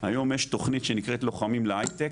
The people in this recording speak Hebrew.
היום יש תכנית "לוחמים להייטק"